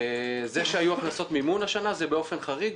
זה שהיו הכנסות מימון השנה זה באופן חריג.